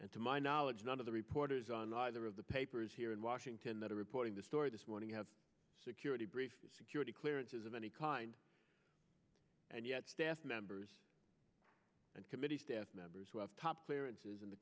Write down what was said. and to my knowledge none of the reporters on either of the papers here in washington that are reporting the story this morning have a security breach security clearances of any kind and yet staff members and committee staff members who have top clearances in the